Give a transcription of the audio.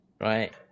right